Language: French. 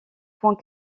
point